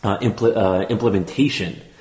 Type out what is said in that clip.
implementation